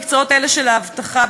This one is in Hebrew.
המקצועות האלה של האבטחה,